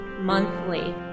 monthly